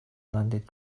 landed